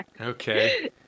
Okay